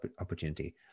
opportunity